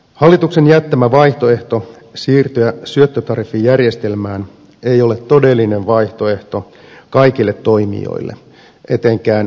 hallituksen jättämä vaihtoehto siirtyä syöttötariffijärjestelmään ei ole todellinen vaihtoehto kaikille toimijoille etenkään pienimmille